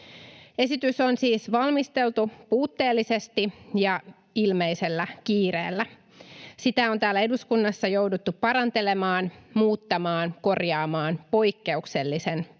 Esitys on siis valmisteltu puutteellisesti ja ilmeisellä kiireellä. Sitä on täällä eduskunnassa jouduttu parantelemaan, muuttamaan, korjaamaan poikkeuksellisen paljon.